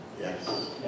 Yes